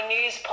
News